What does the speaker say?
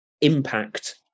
impact